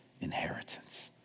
inheritance